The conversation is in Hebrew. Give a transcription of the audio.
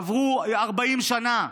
עברו 40 שנה,